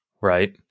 Right